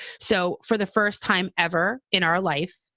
so for the first time ever in our life,